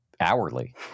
hourly